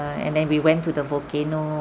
and then we went to the volcano